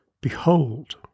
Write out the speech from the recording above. Behold